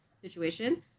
situations